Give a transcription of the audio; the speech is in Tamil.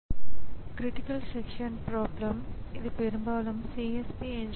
அடுத்ததாக நாம் கம்ப்யூட்டர் சிஸ்டத்தின் அமைப்பைப் பற்றி பார்ப்போம்